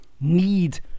need